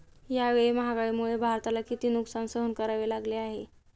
यावेळी महागाईमुळे भारताला किती नुकसान सहन करावे लागले आहे?